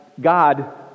God